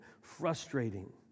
frustrating